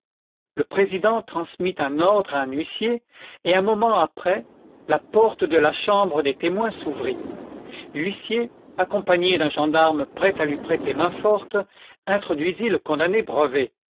le président transmit un ordre à un huissier et un moment après la porte de la chambre des témoins s'ouvrit l'huissier accompagné d'un gendarme prêt à lui prêter main-forte introduisit le condamné brevet